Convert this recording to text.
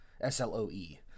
S-L-O-E